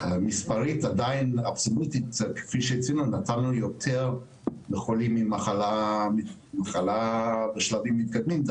מספרית עדיין כפי שציינו נתנו יותר לחולים עם מחלה בשלבים מתקדמים,